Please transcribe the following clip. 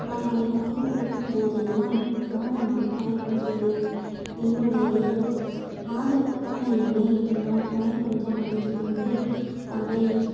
நான் அவை பயன்படுத்தும் போதெல்லாம் கவனமாக பயன்படுத்துவேன் என்னுடைய பாதுகாப்பான எண்ணை நான் பயன்படுத்த முடித்த பின்பு அவை